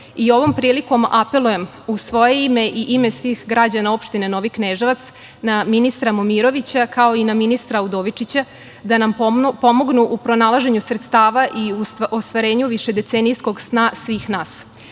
ovom prilikom apelujem u svoje ime i ime svih građana Opštine Novi Kneževac na ministra Momirovića, kao i na ministra Udovičića, da nam pomognu u pronalaženju sredstava i ostvarenju višedecenijskog sna svih